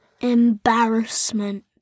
Embarrassment